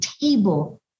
table